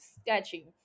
Sketchy